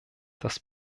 das